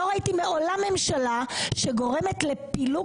מעולם לא ראיתי ממשלה שגורמת לפילוג